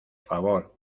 favor